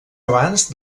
abans